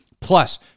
Plus